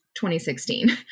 2016